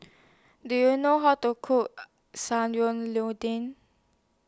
Do YOU know How to Cook Sayur Lodeh